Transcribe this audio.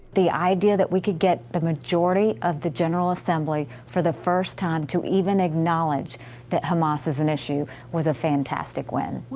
the idea that we could get the majority of the general assembly, for the first time, to even acknowledge that hamas is an issue was a fantastic win.